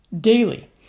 daily